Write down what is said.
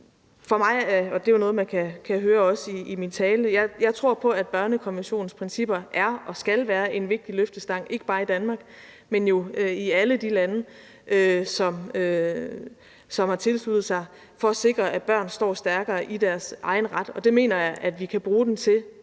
jeg tror på, at børnekonventionens principper er og skal være en vigtig løftestang, ikke bare i Danmark, men jo i alle de lande, som har tilsluttet sig den, for at sikre, at børn står stærkere i deres egen ret, og det mener jeg at vi kan bruge den til,